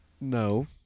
No